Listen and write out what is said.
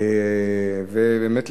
ובאמת,